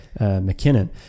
McKinnon